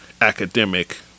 academic